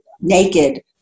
naked